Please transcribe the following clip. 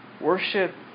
Worship